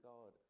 God